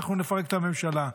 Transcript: אנחנו נפרק את הממשלה.